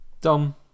dumb